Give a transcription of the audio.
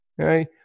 okay